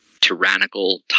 tyrannical